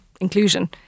inclusion